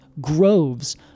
groves